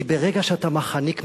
כי ברגע שאתה מחניק מחאה,